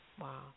Wow